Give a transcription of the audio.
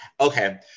Okay